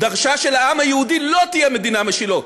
דרשה שלעם היהודי לא תהיה מדינה משלו.